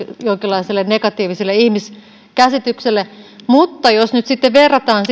jonkinlaiselle negatiiviselle ihmiskäsitykselle mutta jos nyt sitten verrataan